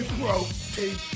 protein